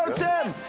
tim!